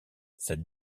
cette